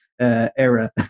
era